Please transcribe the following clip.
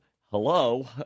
Hello